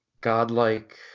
godlike